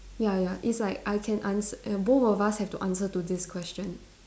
ya ya it's like I can ans~ both of us have to answer to this question